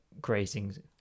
grazing